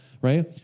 right